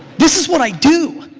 this is what i do.